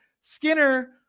Skinner